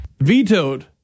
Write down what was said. vetoed